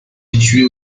située